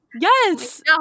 Yes